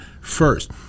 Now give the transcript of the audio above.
first